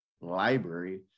library